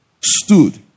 stood